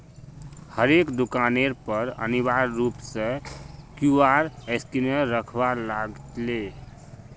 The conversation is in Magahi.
हरेक दुकानेर पर अनिवार्य रूप स क्यूआर स्कैनक रखवा लाग ले